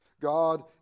God